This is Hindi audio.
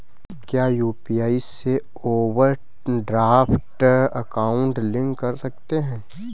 क्या यू.पी.आई से ओवरड्राफ्ट अकाउंट लिंक कर सकते हैं?